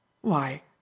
Why